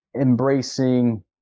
Embracing